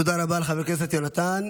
תודה רבה לחבר הכנסת יונתן.